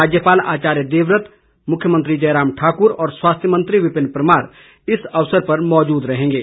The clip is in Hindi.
राज्यपाल आचार्य देवव्रत मुख्यमंत्री जयराम ठाकुर और स्वास्थ्य मंत्री विपिन परमार इस अवसर पर मौजूद रहेंगे